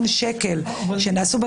חבר הכנסת רוטמן,